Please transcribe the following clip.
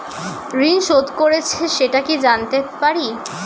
ঋণ শোধ করেছে সেটা কি জানতে পারি?